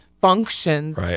functions